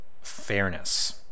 fairness